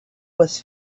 was